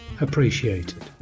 appreciated